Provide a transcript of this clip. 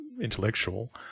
intellectual